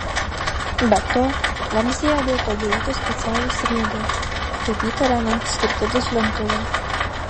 be to vamzdyje buvo padaryti specialūs sriegiai kaip įtariama skirti duslintuvui